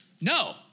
No